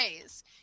ways